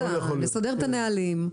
לסדר את הנהלים,